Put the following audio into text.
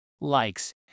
likes